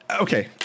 Okay